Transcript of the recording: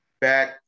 back